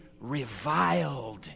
reviled